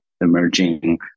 emerging